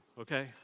okay